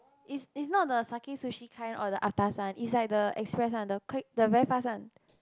it's it's not the Sakae Sushi kind or the altas it's like the express one the click the very fast one